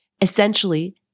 Essentially